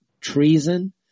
treason